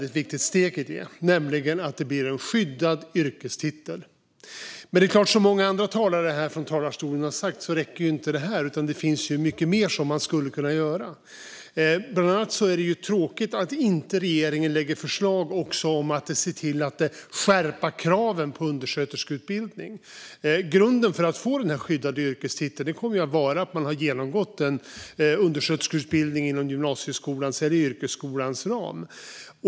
Att undersköterska blir en skyddad yrkestitel är ett väldigt viktigt steg. Som många andra talare har sagt här i talarstolen räcker det här såklart inte, utan det finns mycket mer som man skulle kunna göra. Bland annat är det tråkigt att regeringen inte lägger fram förslag om att också se till att skärpa kravet på undersköterskeutbildning. Grunden för att få den här skyddade yrkestiteln kommer att vara att man har genomgått en undersköterskeutbildning inom gymnasieskolans eller yrkeshögskolans ram.